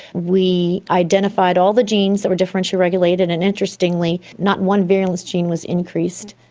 we identified all the genes that were differentially regulated, and interestingly not one virulence gene was increased,